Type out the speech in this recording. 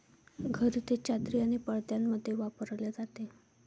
घरी ते चादरी आणि पडद्यांमध्ये वापरले जाते